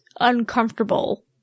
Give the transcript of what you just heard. uncomfortable